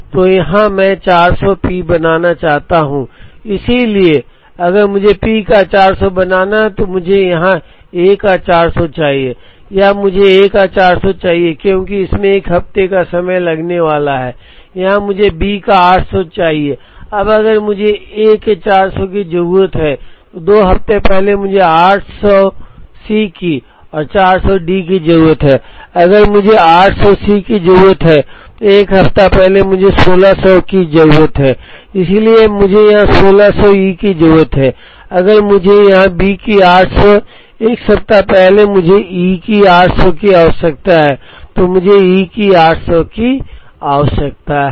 तो यहाँ मैं 400 P बनाना चाहता हूँ इसलिए अगर मुझे P का 400 बनाना है तो मुझे यहाँ A का 400 चाहिए यहाँ मुझे A का 400 चाहिए क्योंकि इसमें 1 हफ्ते का समय लगने वाला है यहाँ मुझे B का 800 चाहिए अब अगर मुझे यहां ए के 400 की जरूरत है तो 2 हफ्ते पहले मुझे 800 सी की और 400 डी की जरूरत है और अगर मुझे 800 सी की जरूरत है तो 1 हफ्ते पहले मुझे 1600 ई की जरूरत है इसलिए यहां मुझे 1600 ई की जरूरत है अब अगर मुझे यहाँ B की 800 1 सप्ताह पहले मुझे E की 800 की आवश्यकता है तो मुझे E की 800 की आवश्यकता है